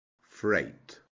freight